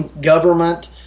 government